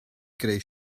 greu